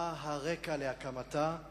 מה היה הרקע להקמתה,